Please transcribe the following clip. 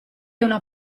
una